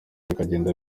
bikagenda